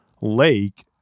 lake